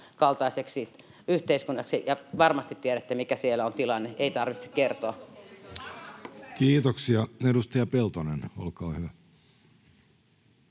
kaltaiseksi yhteiskunnaksi, ja varmasti tiedätte, mikä siellä on tilanne. Ei tarvitse kertoa. Kiitoksia. — Edustaja Peltonen, olkaa hyvä.